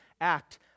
act